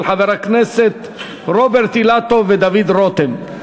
של חברי הכנסת רוברט אילטוב ודוד רותם.